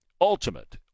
ultimate